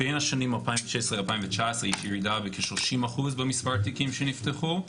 בין השנים 2016 ל-2019 יש ירידה של כ-30 אחוז במספר התיקים שנפתחו.